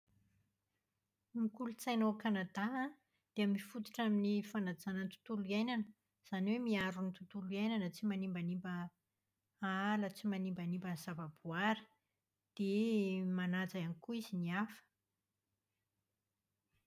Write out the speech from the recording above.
Ny kolotsaina ao Kanada an, dia mifototra amin'ny fanajana ny tontolo iainana. Izany hoe miaro ny tontolo iainana, tsy manimbanimba ala, tsy manimbanimba ny zava-boary. Dia manaja ihany koa izy ny hafa.